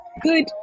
Good